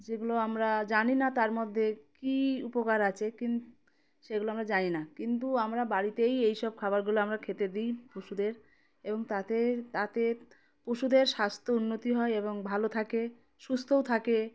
যেগুলো আমরা জানি না তার মধ্যে কী উপকার আছে কিন সেগুলো আমরা জানি না কিন্তু আমরা বাড়িতেই এই সব খাবারগুলো আমরা খেতে দিই পশুদের এবং তাতে তাতে পশুদের স্বাস্থ্য উন্নতি হয় এবং ভালো থাকে সুস্থও থাকে